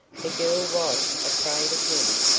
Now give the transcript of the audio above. the girl was afraid of him,